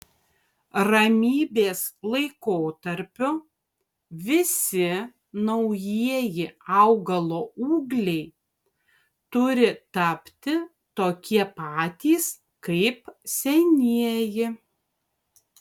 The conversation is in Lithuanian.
ramybės laikotarpiu visi naujieji augalo ūgliai turi tapti tokie patys kaip senieji